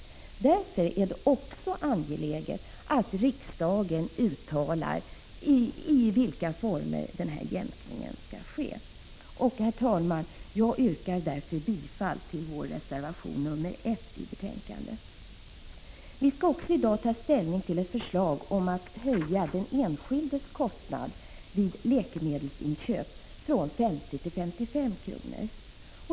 Också därför är det angeläget att riksdagen uttalar i vilka former jämkningen skall ske. Herr talman! Jag yrkar därför bifall till vår reservation 1 i utskottsbetänkandet. Vi skall i dag också ta ställning till ett förslag om att höja den enskildes kostnad vid läkemedelsinköp från 50 till 55 kr.